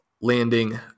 landing